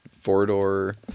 four-door